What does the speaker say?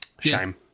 Shame